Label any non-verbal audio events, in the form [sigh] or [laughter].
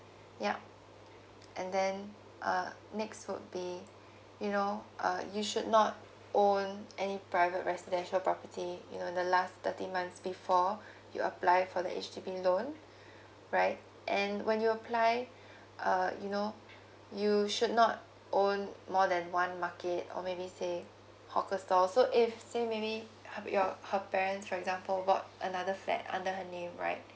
yup [breath] and then uh next would be you know uh you should not own any private residential property you know the last thirteen months before [breath] you apply for the H_D_B loan [breath] right and when you apply [breath] uh you know you should not own more than one market or maybe say hawker stall so if say maybe her your her parents for example bought another flat under her name right